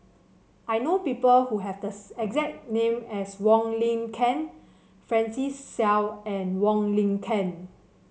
I know people who have thus exact name as Wong Lin Ken Francis Seow and Wong Lin Ken